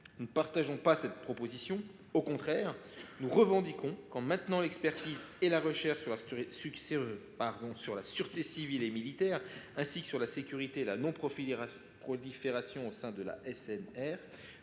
sommes en désaccord avec cette proposition. Au contraire, nous revendiquons de maintenir l’expertise et la recherche sur la sûreté civile et militaire, ainsi que sur la sécurité et la non prolifération au sein de la